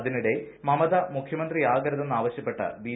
അതിനിടെ മമത മുഖ്യമന്ത്രിയ്ക്കരുതെന്ന് ആവശ്യപ്പെട്ട് ബി